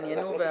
התעניינו והלכו?